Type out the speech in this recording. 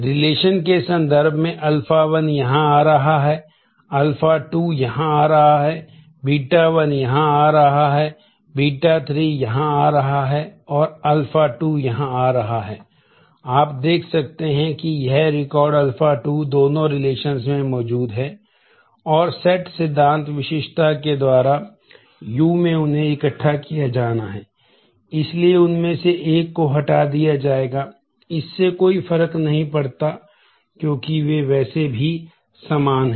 relation का Ս बना सकते हैं